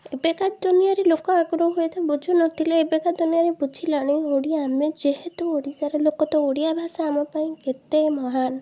ଏବେକା ଦୁନିଆରେ ଲୋକ ଆଗରୁ ହୁଏତ ବୁଝୁନଥିଲେ ଏବେକା ଦୁନିଆରେ ବୁଝିଲେଣି ଓଡ଼ିଆ ଆମେ ଯେହେତୁ ଓଡ଼ିଶାର ଲୋକ ତ ଓଡ଼ିଆ ଭାଷା ଆମ ପାଇଁ କେତେ ମହାନ